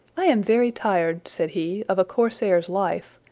i am very tired, said he, of a corsair's life,